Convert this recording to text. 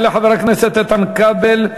יעלה חבר הכנסת איתן כבל,